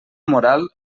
moral